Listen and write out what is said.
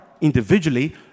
individually